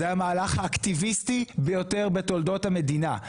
זה היה המהלך האקטיביסטי ביותר בתולדות המדינה.